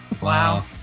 Wow